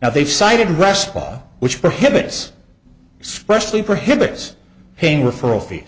now they cited rest law which prohibits specially prohibits paying referral fee